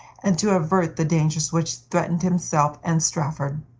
and to avert the dangers which threatened himself and strafford.